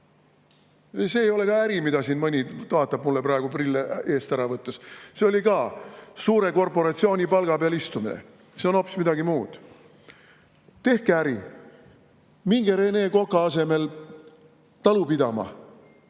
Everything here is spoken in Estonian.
See ei ole ka äri, mida siin mõni … Vaatab mulle praegu [otsa] prille eest ära võttes. See oli suure korporatsiooni palga peal istumine, see on hoopis midagi muud. Tehke äri. Minge Rene Koka asemel talu pidama.